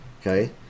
okay